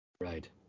Right